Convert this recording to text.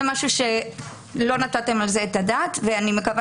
זה משהו שלא נתתם עליו את הדעת ואני מקווה